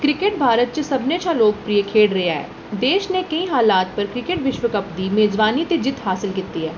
cricket Bharat च सभनें शा लोकप्रिय खेढ़ रेहा ऐ देश ने केईं हालात पर क्रिकेट विश्व कप दी मेजबानी ते जित्त हासल कीती ऐ